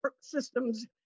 systems